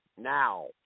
Now